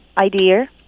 idea